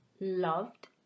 loved